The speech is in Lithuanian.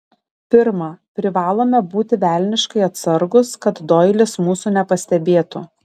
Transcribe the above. pirma privalome būti velniškai atsargūs kad doilis mūsų nepastebėtų